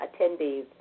attendees